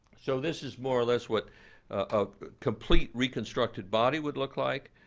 so this is more or less what um the complete reconstructed body would look like.